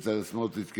בצלאל סמוטריץ',